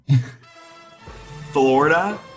Florida